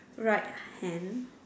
right hand